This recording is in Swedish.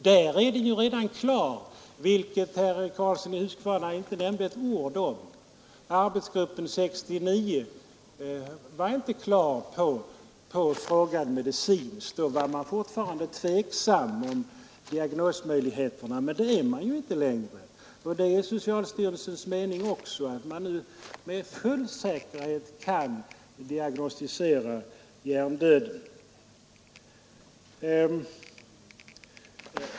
Där är den ju redan klar — vilket herr Karlsson i Huskvarna inte nämnde ett enda ord om. Arbetsgruppen 1969 var inte klar med frågan om dödsbegreppet — medicinskt var man fortfarande tveksam om diagnosmöjligheterna. Det är man emellertid inte längre, och det är nu också socialstyrelsens mening att man med full säkerhet kan diagnostisera hjärndöden.